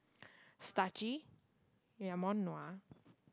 starchy yeah more nua